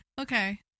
Okay